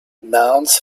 nouns